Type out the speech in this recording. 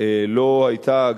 לא היתה,